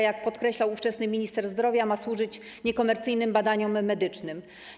Jak podkreślał ówczesny minister zdrowia, ma ona służyć niekomercyjnym badaniom medycznym.